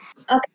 Okay